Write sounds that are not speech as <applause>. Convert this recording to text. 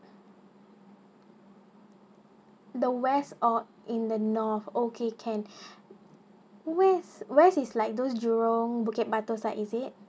the west or in the north okay can <breath> where's where's is like those jurong bukit batok side is it